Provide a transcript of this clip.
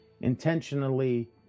intentionally